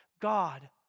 God